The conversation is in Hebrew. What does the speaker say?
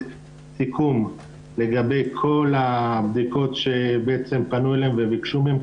סיכום לגבי כל הבדיקות שפנו אליהם וביקשו מהם.